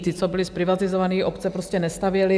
Ty, co byly zprivatizované, obce prostě nestavěly.